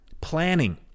Planning